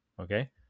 okay